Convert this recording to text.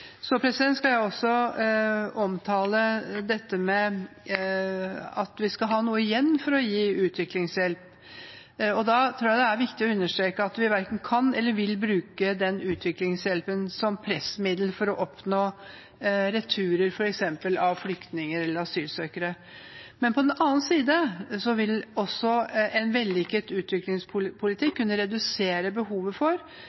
omtale om vi skal ha noe igjen for å gi utviklingshjelp. Da tror jeg det er viktig å understreke at vi verken kan eller vil bruke den utviklingshjelpen som pressmiddel for å oppnå returer f.eks. av flyktninger eller asylsøkere. På den annen side vil en vellykket utviklingspolitikk kunne redusere behovet for